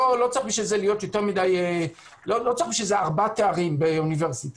לא צריך בשביל זה ארבעה תארים באוניברסיטה.